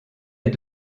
est